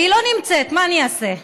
היא לא נמצאת, מה אני אעשה?